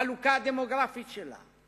את החלוקה הדמוגרפית שלה.